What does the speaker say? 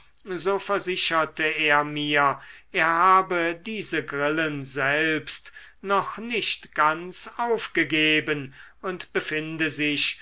so versicherte er mir er habe diese grillen selbst noch nicht ganz aufgegeben und befinde sich